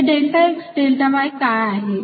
हे delta x delta y काय आहे